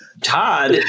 todd